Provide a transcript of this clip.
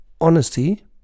honesty